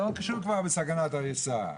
לא קשור בסכנת הריסה,